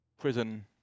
prison